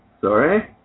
Sorry